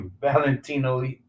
Valentino